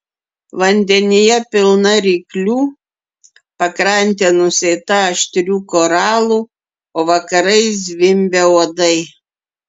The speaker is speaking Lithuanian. vandenyje pilna ryklių pakrantė nusėta aštrių koralų o vakarais zvimbia uodai